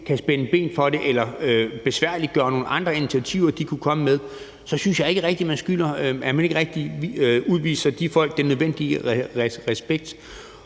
kan spænde ben for det eller besværliggøre nogle andre initiativer, som de kunne komme med, så synes jeg ikke rigtig, at man udviser den nødvendige respekt